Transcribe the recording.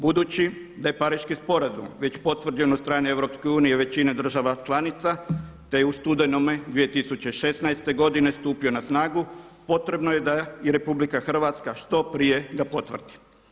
Budući da je Pariški sporazum već potvrđen od strane EU većina država članica, te je u studenome 2016. godine stupio na snagu potrebno je da i RH što prije ga potvrdi.